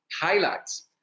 highlights